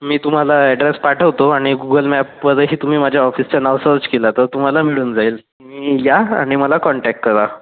मी तुम्हाला ॲड्रेस पाठवतो आणि गूगल मॅपवरही तुम्ही माझ्या ऑफिसचं नाव सर्च केलं तर तुम्हाला मिळून जाईल तुम्ही या आणि मला कॉन्टॅक्ट करा